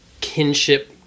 kinship